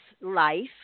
life